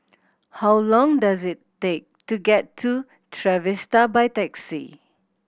how long does it take to get to Trevista by taxi